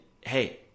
Hey